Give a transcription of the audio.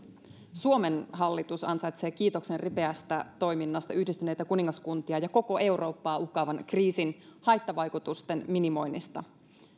suomen hallitus ansaitsee kiitoksen ripeästä toiminnasta yhdistyneitä kuningaskuntia ja koko eurooppaa uhkaavan kriisin haittavaikutusten minimoinnista